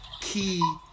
key